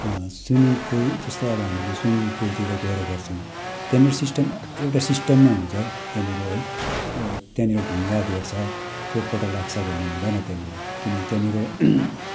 swimming pool जस्तो अब हामीले स्विमिङ पुलतिर गएर गर्छौँ त्यहाँनिर सिस्टम एउटा सिस्टममा हुन्छ त्यहाँनिर है त्यहाँनिर ढुङ्गा भेट्छ चोटपटक लाग्छ भन्ने हुँदैन त्यहाँनिर किनभने त्यहाँनिर